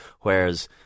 Whereas